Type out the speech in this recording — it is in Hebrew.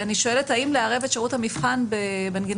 אני שואלת האם לערב את שירות המבחן במנגנון